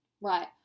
Right